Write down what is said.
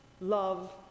love